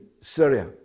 Syria